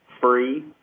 free